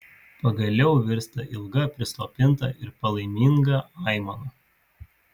pagaliau virsta ilga prislopinta ir palaiminga aimana